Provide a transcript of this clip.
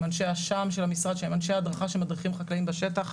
עם אנשי הדרכה שמדריכים חקלאים בשטח,